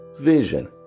Vision